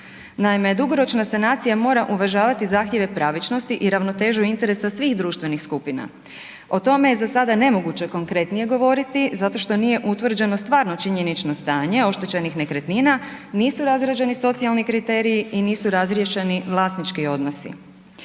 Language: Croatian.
Naime, dugoročna sanacija mora uvažavati zahtjeve pravičnosti i ravnotežu interesa svih društvenih skupina. O tome je za sada nemoguće konkretnije govoriti zato što nije utvrđeno stvarno činjenično stanje oštećenih nekretnina, nisu razrađeni socijalni kriteriji i nisu razriješeni vlasnički odnosi.